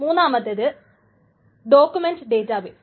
മൂന്നാമത്തെത് document database